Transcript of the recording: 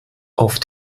auf